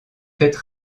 faite